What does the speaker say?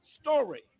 story